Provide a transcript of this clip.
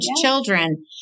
children